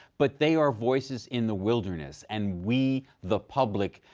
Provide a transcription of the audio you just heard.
but they are voices in the wilderness. and we, the public,